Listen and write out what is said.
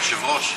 היושב-ראש?